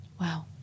Wow